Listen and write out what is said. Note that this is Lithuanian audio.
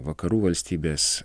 vakarų valstybės